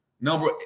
number